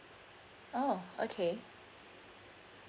oh okay